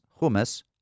hummus